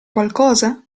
qualcosa